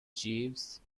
jeeves